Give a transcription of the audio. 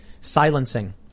Silencing